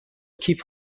کیف